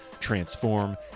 transform